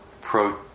pro